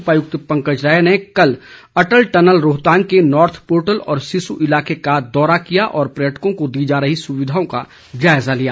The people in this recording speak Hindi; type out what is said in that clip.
उपायुक्त पंकज राय ने कल अटल टनल रोहतांग के नॉर्थ पोर्टल व सिस्सू इलाके का दौरा किया और पर्यटकों को दी जा रही सुविधाओं का जायजा लिया